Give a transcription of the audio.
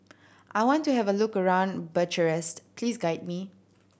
I want to have a look around Bucharest please guide me